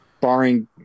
Barring